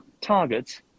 targets